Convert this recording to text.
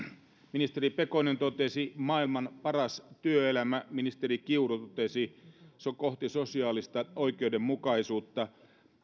ministeri pekonen totesi maailman paras työelämä ministeri kiuru totesi kohti sosiaalista oikeudenmukaisuutta